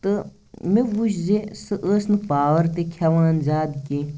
تہٕ مےٚ وُچھ زِ سۄ ٲس نہٕ پاوَر تہِ کھیٚوان زیادٕ کیٚنٛہہ